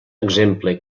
exemple